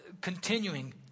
continuing